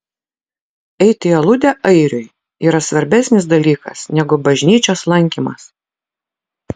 eiti į aludę airiui yra svarbesnis dalykas negu bažnyčios lankymas